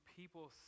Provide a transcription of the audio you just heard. people